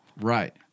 Right